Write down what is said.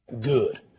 Good